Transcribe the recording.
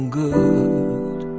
good